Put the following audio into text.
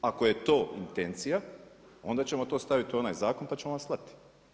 Ako je to intencija, onda ćemo to staviti u onaj zakon pa ćemo vam slati.